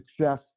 success